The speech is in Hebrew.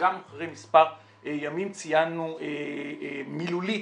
גם אחרי מספר ימים ציינו מילולית